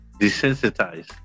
Desensitized